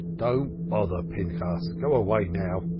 don't bother, pinchas. go away now,